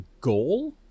goal